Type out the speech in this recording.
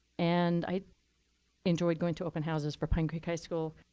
and i enjoyed going to open houses for pine creek high school,